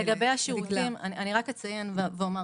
לגבי השירותים, אני רק אציין ואומר